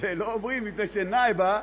לא אומרים, מפני שנאאבה